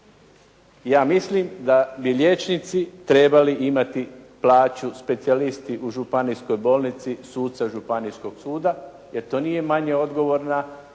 Ja mislim da bi liječnici trebali imati plaću specijalisti u županijskoj bolnici, suca županijskog suda, jer to nije manje odgovorna